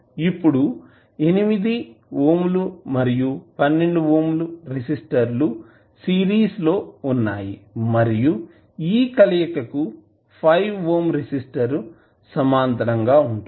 ఇప్పుడు 8 ఓం మరియు 12 ఓం రెసిస్టర్లు సిరీస్ లో వున్నాయి మరియు ఈ కలయిక కి 5 ఓం రెసిస్టర్ సమాంతరం గా ఉంటుంది